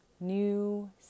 new